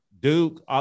Duke